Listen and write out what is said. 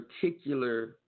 particular